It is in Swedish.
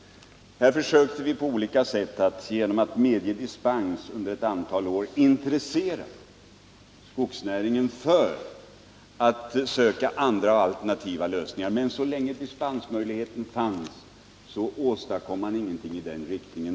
Då försökte vi på olika sätt, genom att ge dispens, intressera skogsnäringen för att söka alternativa lösningar, men så länge dispensmöjligheten fanns åstadkoms ingenting i den riktningen.